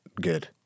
good